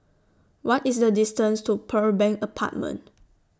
What IS The distance to Pearl Bank Apartment